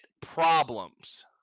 problems